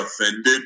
offended